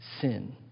sin